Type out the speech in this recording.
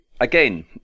again